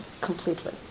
completely